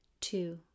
Two